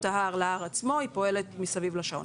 ההר להר עצמו פועלת מסביב לשעון.